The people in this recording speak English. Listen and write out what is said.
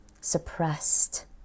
suppressed